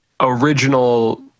original